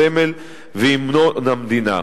הסמל והמנון המדינה.